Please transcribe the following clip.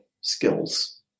skills